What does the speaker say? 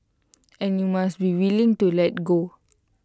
and you must be willing to let go